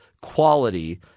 quality –